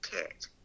kit